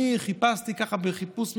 אני חיפשתי בחיפוש מלמעלה,